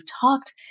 talked